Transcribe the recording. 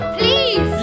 please